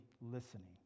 listening